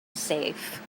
safe